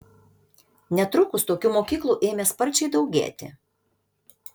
netrukus tokių mokyklų ėmė sparčiai daugėti